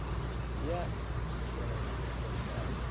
just yet, so let's go ahead and look at